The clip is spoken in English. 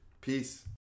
Peace